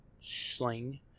sling